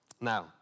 Now